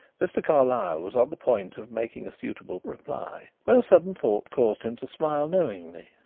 mr. carlyle was on the point of making a suitable reply when a sudden thought caused him to smile knowingly.